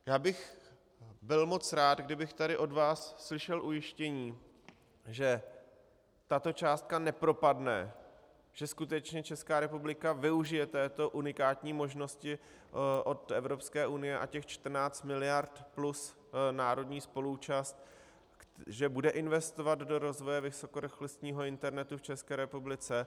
Já bych byl moc rád, kdybych tady od vás slyšel ujištění, že tato částka nepropadne, že skutečně Česká republika využije této unikátní možnosti od Evropské unie a těch 14 miliard plus národní spoluúčast že bude investovat do rozvoje vysokorychlostního internetu v České republice.